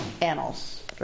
annals